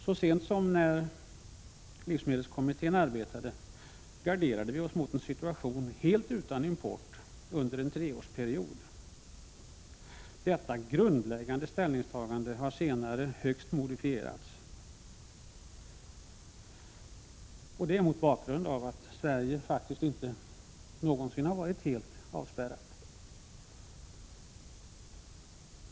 Så sent som när livsmedelskommittén arbetade garderade vi oss mot en situation helt utan import under en treårsperiod. Detta grundläggande ställningstagande har senare modifierats högst avsevärt. Sverige har nämligen faktiskt aldrig någonsin varit helt avspärrat.